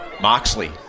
Moxley